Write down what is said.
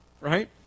right